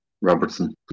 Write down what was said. Robertson